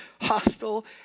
hostile